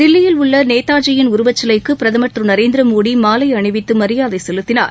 தில்லியில் உள்ள நேதாஜியின் உருவச் சிலைக்கு பிரதமா் திரு நரேந்திரமோடி மாலை அணிவித்து மரியாதை செலுத்தினார்